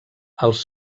els